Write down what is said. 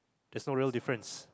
there's no real difference